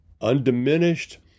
undiminished